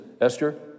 Esther